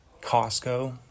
Costco